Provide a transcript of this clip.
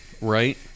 Right